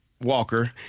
Walker